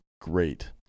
great